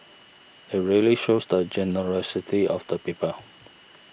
it really shows the generosity of the people